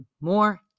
more